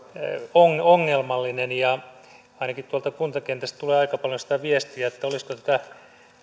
ongelmallinen asia ainakin tuolta kuntakentältä tulee aika paljon sitä viestiä että olisiko tätä